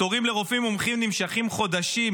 תורים לרופאים מומחים נמשכים חודשים.